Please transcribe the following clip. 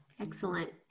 Excellent